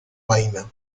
vaina